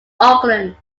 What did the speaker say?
auckland